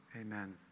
Amen